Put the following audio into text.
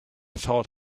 thought